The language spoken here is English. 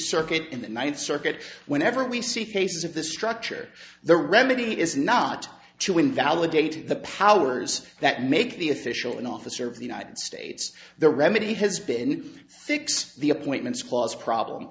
circuit in the ninth circuit whenever we see faces of this structure the remedy is not to invalidate the powers that make the official an officer of the united states the remedy has been fix the appointments clause problem